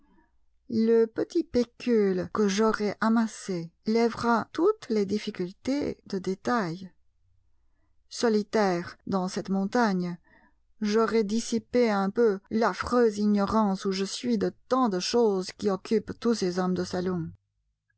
le petit pécule que j'aurai amassé lèvera toutes les difficultés de détail solitaire dans cette montagne j'aurai dissipé un peu l'affreuse ignorance où je suis de tant de choses qui occupent tous ces hommes de salon